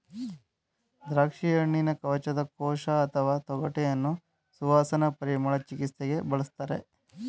ದ್ರಾಕ್ಷಿಹಣ್ಣಿನ ಕವಚದ ಕೋಶ ಅಥವಾ ತೊಗಟೆಯನ್ನು ಸುವಾಸನಾ ಪರಿಮಳ ಚಿಕಿತ್ಸೆಗೆ ಬಳಸ್ತಾರೆ